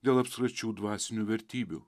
dėl absoliučių dvasinių vertybių